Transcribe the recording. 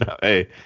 Hey